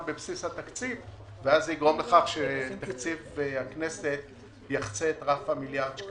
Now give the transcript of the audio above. בבסיס התקציב וזה יגרום לכך שתקציב הכנסת יחצה את רף מיליארד השקלים.